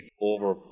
over